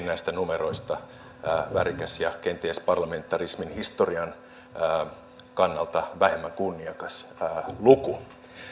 näistä numeroista käytiin värikäs ja kenties parlamentarismin historian kannalta vähemmän kunniakas luku